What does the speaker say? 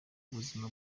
buzima